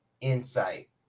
insight